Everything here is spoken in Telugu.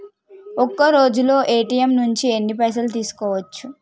ఒక్కరోజులో ఏ.టి.ఎమ్ నుంచి ఎన్ని పైసలు తీసుకోవచ్చు?